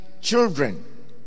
children